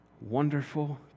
Wonderful